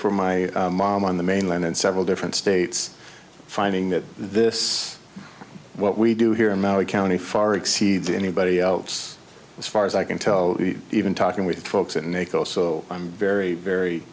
for my mom on the mainland in several different states finding that this what we do here in maui county far exceeds anybody else as far as i can tell even talking with folks at neko so i'm very very